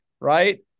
right